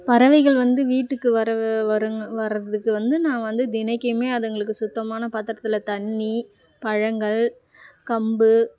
பறவைகள் வந்து வீட்டுக்கு வரு வருங்க வர்றதுக்கு வந்து நான் வந்து தினக்குமே அதுங்களுக்கு சுத்தமான பாத்தரத்தில் தண்ணி பழங்கள் கம்பு